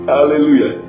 Hallelujah